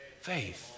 faith